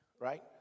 right